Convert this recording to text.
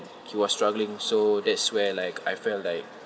he was struggling so that's where like I felt like